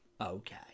okay